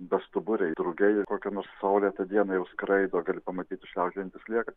bestuburiai drugiai kokią nors saulėtą dieną jau skraido gali pamatyti šliaužiojantį slieką